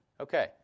Okay